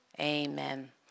Amen